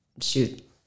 shoot